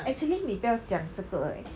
actually 你不要讲这个 leh